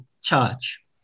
charge